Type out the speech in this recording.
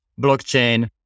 blockchain